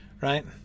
right